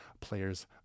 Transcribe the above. players